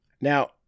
Now